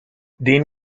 dean